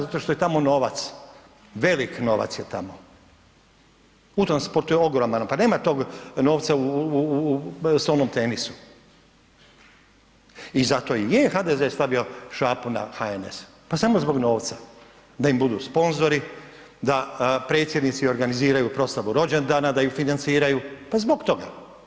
Zato što je tamo novac, velik novac je tamo, u tom sportu je ogroman novac, pa nema tog novca u, u, u stolnom tenisu i zato i je HDZ stavio šapu na HNS, pa samo zbog novca, da im budu sponzori, da predsjednici organiziraju proslavu rođendana, da ih financiraju, pa zbog toga.